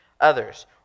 others